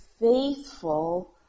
faithful